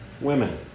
women